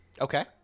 okay